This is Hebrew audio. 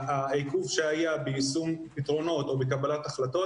העיכוב שהיה ביישום פתרונות או בקבלת החלטות